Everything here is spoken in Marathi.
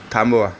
थांबवा